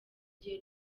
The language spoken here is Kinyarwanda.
rye